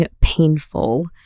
painful